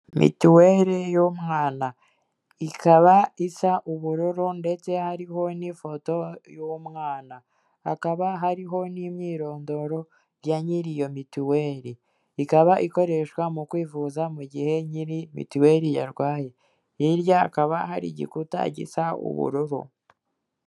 Mituweli y'umwana, ikaba isa ubururu ndetse hariho n'ifoto y'umwana, hakaba hariho n'imyirondoro ya nyiri iyo mituweli, ikaba ikoreshwa mu kwivuza mu gihe nyiri mituweli yarwaye, hirya akaba hari igikuta gisa ubururu.